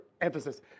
emphasis